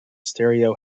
stereo